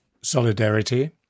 solidarity